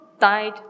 died